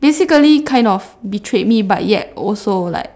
basically kind of betrayed me but yet also like